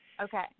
Okay